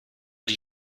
die